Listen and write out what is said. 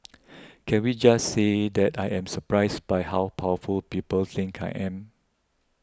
can we just say that I am surprised by how powerful people think I am